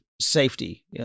safety